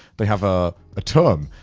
they have a term,